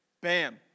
bam